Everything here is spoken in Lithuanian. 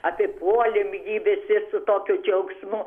apipuolėm jį visi su tokiu džiaugsmu